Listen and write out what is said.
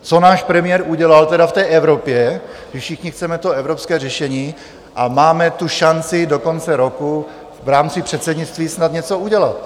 Co náš premiér udělal tedy v Evropě, když všichni chceme evropské řešení a máme tu šanci do konce roku v rámci předsednictví snad něco udělat?